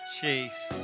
Chase